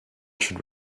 should